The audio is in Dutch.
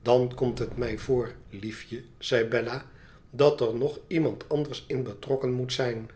dan komt het mij voor liefje zei bella dat er nog iemand anders in betrokken moet zijn